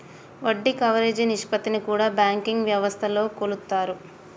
వడ్డీ కవరేజీ నిష్పత్తిని కూడా బ్యాంకింగ్ వ్యవస్థలో కొలుత్తారు